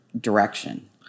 direction